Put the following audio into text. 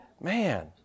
man